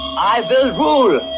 i will rule.